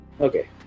Okay